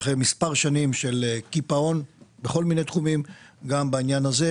שנים של קיפאון בכל מיני תחומים - גם בנושא הזה.